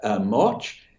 March